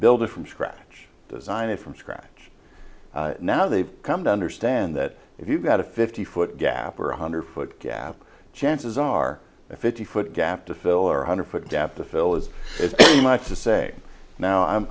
build it from scratch design it from scratch now they've come to understand that if you've got a fifty foot gap or one hundred foot gap chances are a fifty foot gap to fill or a hundred foot gap to fill as much to say now i'm